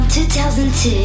2002